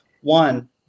one